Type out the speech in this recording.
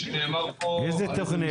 ליאור, איזה תוכנית?